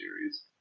series